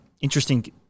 Interesting